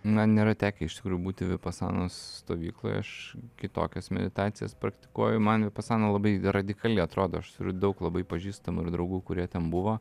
na nėra tekę iš tikrųjų būti vipasanos stovykloj aš kitokias meditacijas praktikuoju man vipasana labai radikali atrodo aš turiu daug labai pažįstamų ir draugų kurie ten buvo